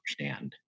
understand